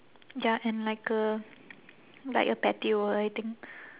ya and like a like a patio I think